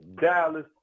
Dallas